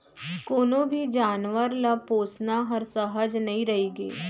कोनों भी जानवर ल पोसना हर सहज नइ रइगे